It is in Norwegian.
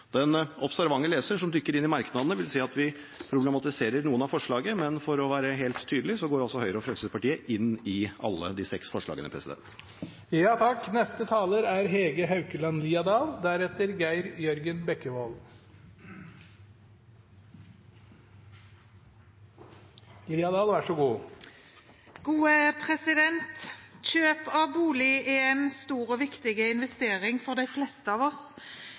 den forutsetningen ligger til grunn for vår støtte. Den observante leser som dykker inn i merknadene, vil si at vi problematiserer noen av forslagene. Men for å være helt tydelig går Høyre og Fremskrittspartiet inn i alle de seks forslagene. Kjøp av bolig er en stor og viktig investering for de fleste av oss,